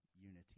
unity